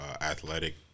athletic